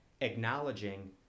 acknowledging